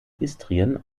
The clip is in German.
istrien